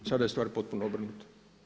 Sada je stvar potpuno obrnuta.